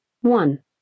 one